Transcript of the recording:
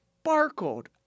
sparkled